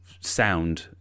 sound